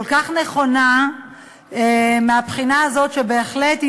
כל כך נכונה מהבחינה הזאת שבהחלט,